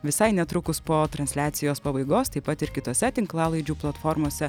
visai netrukus po transliacijos pabaigos taip pat ir kitose tinklalaidžių platformose